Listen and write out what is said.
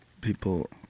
people